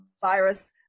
virus